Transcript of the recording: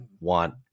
want